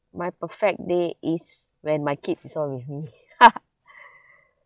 my perfect day is when my kids is all with me